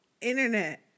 internet